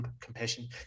compassion